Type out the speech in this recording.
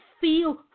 feel